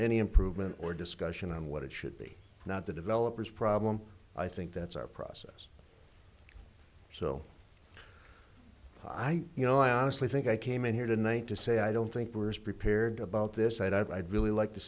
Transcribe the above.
any improvement or discussion on what it should be not the developers problem i think that's our process so i don't you know i honestly think i came in here tonight to say i don't think we're prepared about this i'd really like to